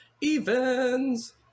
Evens